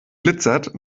glitzert